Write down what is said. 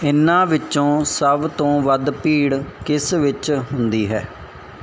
ਇਹਨਾਂ ਵਿੱਚੋਂ ਸਭ ਤੋਂ ਵੱਧ ਭੀੜ ਕਿਸ ਵਿੱਚ ਹੁੰਦੀ ਹੈ